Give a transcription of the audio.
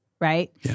right